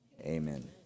amen